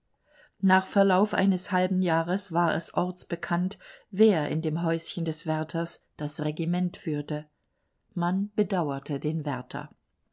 nach verlauf eines halben jahres war es ortsbekannt wer in dem häuschen des wärters das regiment führte man bedauerte den wärter